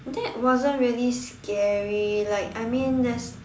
that wasn't really scary like I mean let's